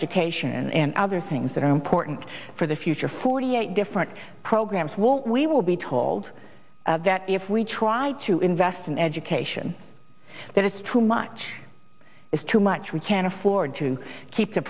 education and other things that are important for the future forty eight different programs won't we will be told that if we try to invest in education that is too much is too much we can't afford to keep the